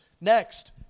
Next